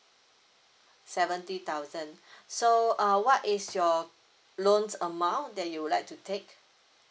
seventy thousand so uh what is your loans amount that you would like to take